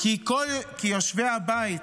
שכל יושבי הבית,